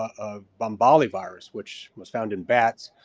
um bombali virus which was found in bats,